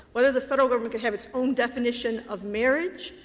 whether the federal government can have its own definition of marriage,